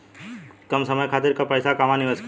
कम समय खातिर के पैसा कहवा निवेश करि?